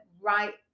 right